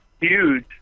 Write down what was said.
huge